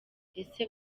ese